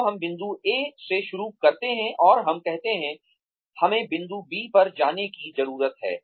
तो हम बिंदु ए से शुरू करते हैं और हम कहते हैं हमें बिंदु बी पर जाने की जरूरत है